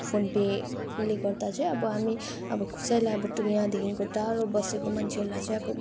फोनपेले गर्दा चाहिँ अब हामी अब कसैलाई अब यहाँदेखिको टाढो बसेको मान्छेहरूलाई चाहिँ अब